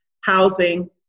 housing